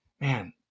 man